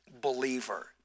believer